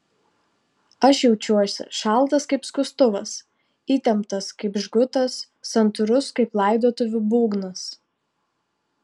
aš jaučiuosi šaltas kaip skustuvas įtemptas kaip žgutas santūrus kaip laidotuvių būgnas